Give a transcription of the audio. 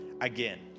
again